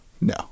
no